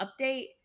update